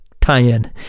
tie-in